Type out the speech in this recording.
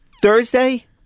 Thursday